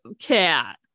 cat